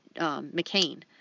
McCain